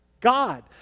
god